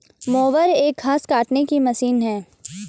mower एक घास काटने की मशीन है